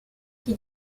qui